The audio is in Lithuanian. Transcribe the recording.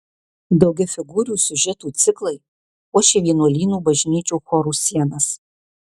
daugiafigūrių siužetų ciklai puošė vienuolynų bažnyčių chorų sienas